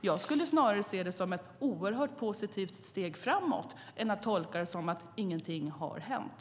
Jag skulle snarare se det som ett oerhört positivt steg framåt än att tolka det som att ingenting har hänt.